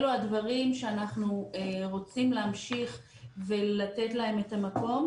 אלו הדברים שאנחנו רוצים להמשיך ולתת להם את המקום,